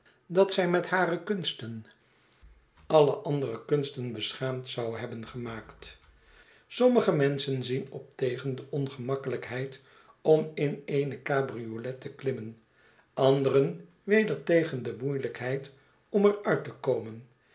dat zij met hare kunsten alle ansceetsen van boz dere kunsten beschaamd zou hebben gemaakt sommige menschen zien op tegen de ongemakkelijkheid om in eene cabriolet te klimmin anderen weder tegen de moeielijkheid om er uit te komen